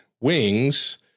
wings